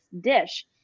dish